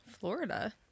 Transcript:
Florida